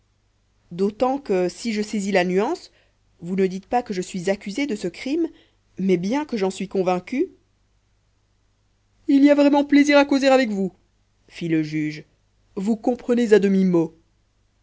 d'autant que si je saisis la nuance vous ne dites pas que je suis accusé de ce crime mais bien que j'en suis convaincu il y a vraiment plaisir à causer avec vous fit le juge vous comprenez à demi-mot